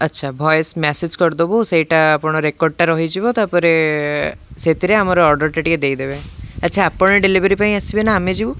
ଆଚ୍ଛା voice message କରିଦବୁ ସେଇଟା ଆପଣ ରେକର୍ଡ଼୍ଟା ରହିଯିବ ତା'ପରେ ସେଥିରେ ଆମର ଅର୍ଡ଼ରଟା ଟିକେ ଦେଇଦେବେ ଆଚ୍ଛା ଆପଣ ଡେଲିଭରି ପାଇଁ ଆସିବେ ନା ଆମେ ଯିବୁ